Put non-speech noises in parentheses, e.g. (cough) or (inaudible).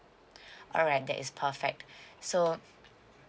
(breath) alright that is perfect so